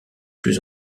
plus